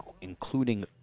including